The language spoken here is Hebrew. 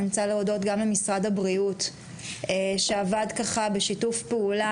אני רוצה להודות גם למשרד הבריאות שעבד בשיתוף פעולה